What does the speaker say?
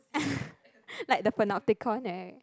like the Panopticon [right]